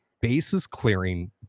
bases-clearing